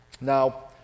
Now